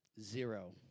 Zero